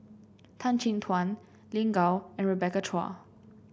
Tan Chin Tuan Lin Gao and Rebecca Chua